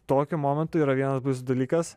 tokiu momentu yra vienas dalykas